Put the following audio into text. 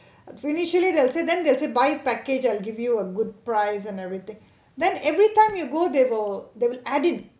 initially they will say then they will say buy package I'll give you a good price and everything then every time you go they will they will add in